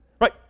Right